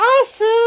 awesome